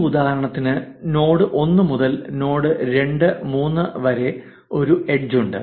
ഈ ഉദാഹരണത്തിൽ നോഡ് 1 മുതൽ നോഡ് 2 3 വരെ ഒരു എഡ്ജ് ഉണ്ട്